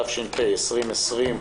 התשפ"א-2020,